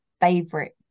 favorite